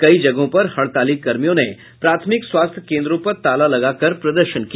कई जगहों पर हड़ताली कर्मियों ने प्राथमिक स्वास्थ्य केन्द्रों पर ताला लगाकर प्रदर्शन किया